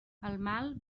mal